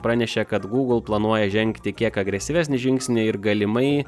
pranešė kad google planuoja žengti kiek agresyvesnį žingsnį ir galimai